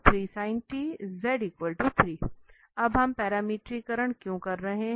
हम अब पैरामीटरकरण क्यों कर रहे हैं